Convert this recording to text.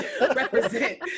Represent